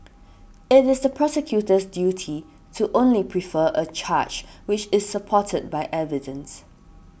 it is the prosecutor's duty to only prefer a charge which is supported by evidence